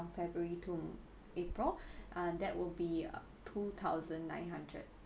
february to april uh that will be two thousand nine hundred